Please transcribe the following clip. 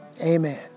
Amen